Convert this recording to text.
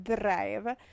drive